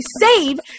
save